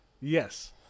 Yes